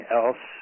else